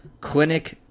clinic